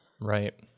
Right